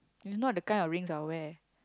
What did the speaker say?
you not the kind of rings I will wear